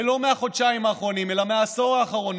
ולא מהחודשיים האחרונים אלא מהעשור האחרון,